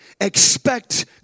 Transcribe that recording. expect